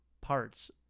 parts